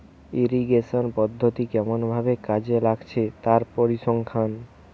irrigation পদ্ধতি কেমন ভাবে কাজে লাগছে তার পরিসংখ্যান